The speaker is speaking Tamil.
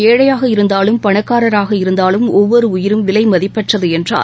ஏழையாக இருந்தாலும் பணக்காரராக இருந்தாலும் ஒவ்வொருஉயிரும் விலைமதிப்பற்றதுஎன்றார்